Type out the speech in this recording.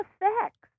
effects